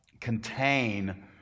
contain